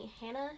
Hannah